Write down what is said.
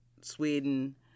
Sweden